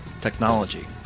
Technology